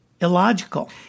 illogical